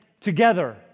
Together